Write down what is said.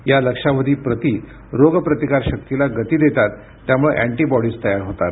या लक्षावधी प्रती रोग प्रतिकार शक्तिला गती देतात त्यामुळे अँटीबॉडीज तयार होतात